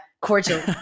cordial